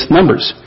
Numbers